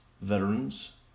veterans